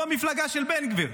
זו המפלגה של בן גביר.